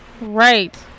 Right